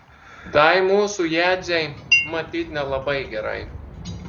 tai mūsų jadzei matyt nelabai gerai